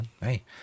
Hey